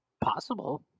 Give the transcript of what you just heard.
possible